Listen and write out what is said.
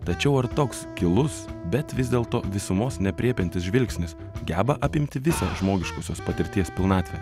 tačiau ar toks tylus bet vis dėlto visumos neaprėpiantis žvilgsnis geba apimti visą žmogiškosios patirties pilnatvę